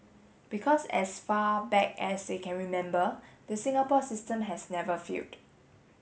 because as far back as they can remember the Singapore system has never failed